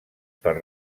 per